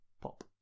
pop